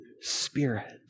Spirit